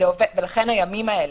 לכן הימים האלה.